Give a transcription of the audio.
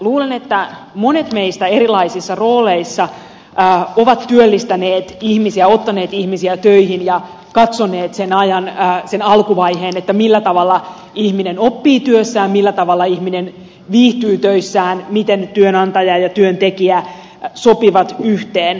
luulen että monet meistä erilaisissa rooleissa ovat työllistäneet ihmisiä ottaneet ihmisiä töihin ja katsoneet sen alkuvaiheen millä tavalla ihminen oppii työssään millä tavalla ihminen viihtyy töissään miten työnantaja ja työntekijä sopivat yhteen